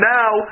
now